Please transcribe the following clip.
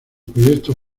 proyecto